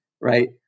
right